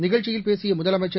நிகழ்ச்சியில் பேசிய முதலமைச்சர்